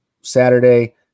Saturday